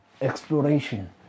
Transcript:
exploration